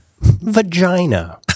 Vagina